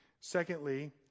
Secondly